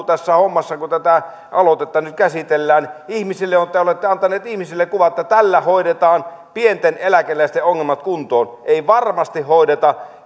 tässä hommassa kun tätä aloitetta nyt käsitellään on vähän sama maku te olette antaneet ihmisille kuvan että tällä hoidetaan pienten eläkeläisten ongelmat kuntoon ei varmasti hoideta